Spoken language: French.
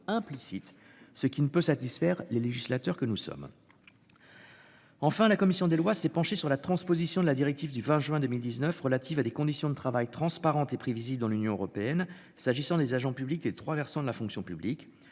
ce qui ne peut satisfaire les législateurs que nous sommes. Enfin la commission des Lois s'est penché sur la transposition de la directive du 20 juin 2019 relatives à des conditions de travail transparente et prévisible dans l'Union européenne s'agissant des agents publics, les trois versants de la fonction publique.